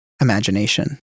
imagination